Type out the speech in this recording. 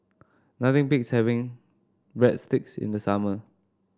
nothing beats having Breadsticks in the summer